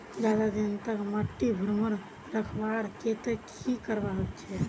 ज्यादा दिन तक माटी भुर्भुरा रखवार केते की करवा होचए?